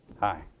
Hi